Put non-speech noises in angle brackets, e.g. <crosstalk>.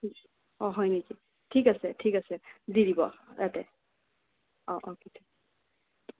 অঁ হয় নেকি ঠিক আছে ঠিক আছে দি দিব ইয়াতে অঁ অঁ <unintelligible>